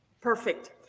Perfect